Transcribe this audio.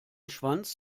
schwanz